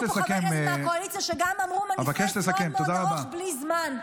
היו פה חברי כנסת מהקואליציה שגם נתנו מניפסט מאוד מאוד ארוך בלי זמן.